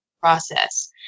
process